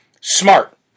smart